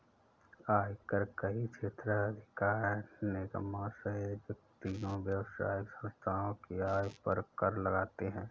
आयकर कई क्षेत्राधिकार निगमों सहित व्यक्तियों, व्यावसायिक संस्थाओं की आय पर कर लगाते हैं